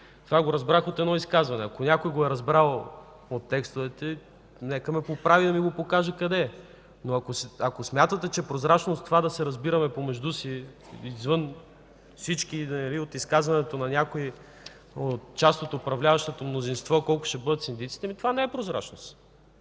синдици разбрах от едно изказване. Ако някой го е разбрал от текстовете, нека ме поправи и да ми покаже къде е. Но ако смятате, че прозрачност е да се разбираме помежду си, извън всички, и да се заяви от изказването на някоя част от управляващото мнозинство колко ще бъдат синдиците, това не е прозрачност.